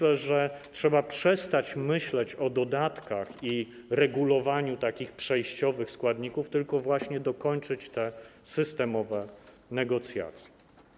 Sądzę, że trzeba przestać myśleć o dodatkach i regulowaniu przejściowych składników, tylko właśnie trzeba dokończyć te systemowe negocjacje.